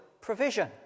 provision